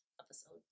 episode